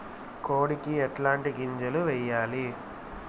కోడికి ఎట్లాంటి గింజలు వేయాలి?